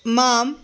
मां